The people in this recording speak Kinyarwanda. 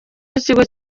w’ikigo